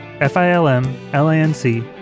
F-I-L-M-L-A-N-C